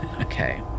Okay